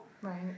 Right